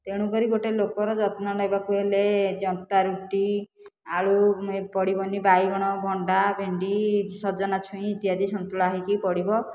ତେଣୁକରି ଗୋଟିଏ ଲୋକର ଯତ୍ନ ନେବାକୁ ହେଲେ ଜନ୍ତା ରୁଟି ଆଳୁ ପଡ଼ିବନି ବାଇଗଣ ଭଣ୍ଡା ଭେଣ୍ଡି ସଜନା ଛୁଇଁ ଇତ୍ୟାଦି ସନ୍ତୁଳା ହୋଇକି ପଡ଼ିବ